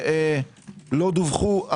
שלא דווחו,